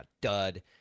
dud